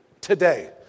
today